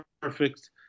perfect